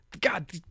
God